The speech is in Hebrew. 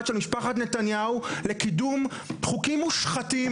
של משפחת נתניהו לקידום חוקים מושחתים.